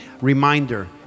Reminder